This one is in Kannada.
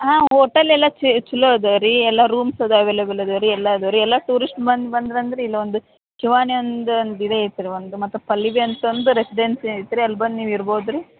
ಹಾಂ ಹೋಟೆಲ್ ಎಲ್ಲ ಛಲೋ ಅದಾವೆ ರೀ ಎಲ್ಲ ರೂಮ್ಸ್ ಅದೆ ಅವೈಲೇಬಲ್ ಇದೆ ರೀ ಎಲ್ಲ ಅದೆ ರೀ ಎಲ್ಲ ಟೂರಿಸ್ಟ್ ಬಂದು ಬಂದು ಬಂದ್ರೆ ಇಲ್ಲೊಂದು ಮತ್ತೆ ಪಲ್ಲವಿ ಅಂತ ಒಂದು ರೆಸ್ಡೆನ್ಸಿ ಐತೆರಿ ಅಲ್ಲಿ ಬಂದು ನೀವು ಇರ್ಬೋದು ರೀ